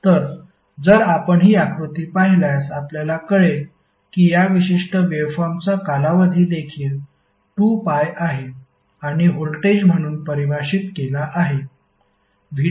तर जर आपण ही आकृती पाहिल्यास आपल्याला कळेल की या विशिष्ट वेव्हफॉर्मचा कालावधी देखील 2π आहे आणि व्होल्टेज म्हणून परिभाषित केला आहे